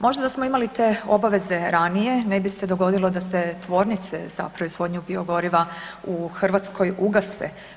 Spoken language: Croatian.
Možda da smo imali te obaveze ranije, ne bi se dogodilo da se tvornice za proizvodnju biogoriva u Hrvatskoj ugase.